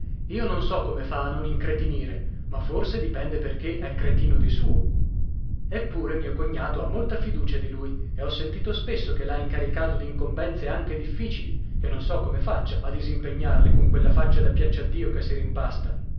io non so come fa a non incretinire ma forse dipende perché è cretino di suo eppure mio cognato ha molta fiducia di lui e ho sentito spesso che l'ha incaricato d'incombenze anche difficili che non so come faccia a disimpegnarle con quella faccia da piacciaddìo che si rimpasta